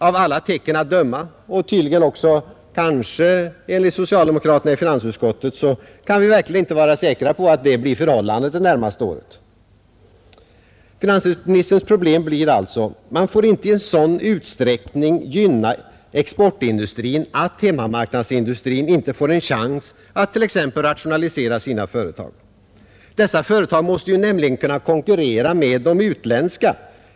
Av alla tecken att döma — tydligen också enligt socialdemokraterna i finansutskottet — kan vi inte vara säkra på att det blir fallet de närmaste åren. Finansministerns problem blir alltså: Man får inte i sådan utsträckning gynna exportindustrin att hemmamarknadsindustrin inte får en chans att t.ex. rationalisera sina företag. Dessa företag måste nämligen kunna konkurrera med utländska.